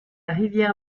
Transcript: rivière